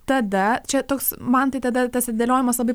tada čia toks man tai tada tas atidėliojimas labai